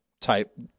type